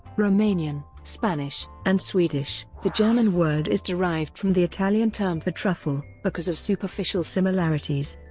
romanian, spanish, and swedish. the german word is derived from the italian term for truffle, because of superficial similarities.